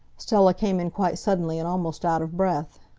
stella came in quite suddenly and almost out of breath.